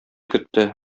көтте